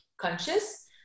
conscious